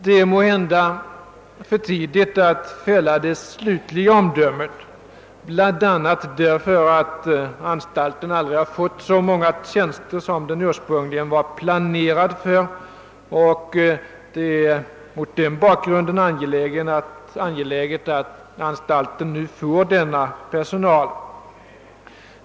Det är måhända för tidigt att fälla det slutliga omdömet, bland annat därför att anstalten aldrig har fått så många tjänster som den ursprungligen var planerad för, och det är mot den bakgrunden angeläget att anstalten nu får denna personal.